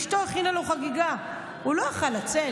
אשתו הכינה לו חגיגה, הוא לא יכול היה לצאת.